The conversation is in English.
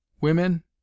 Women